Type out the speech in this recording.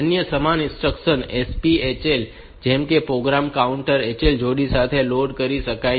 અન્ય સમાન instruction SPHL છે જેમ કે પ્રોગ્રામ કાઉન્ટર HL જોડી સાથે લોડ કરી શકાય છે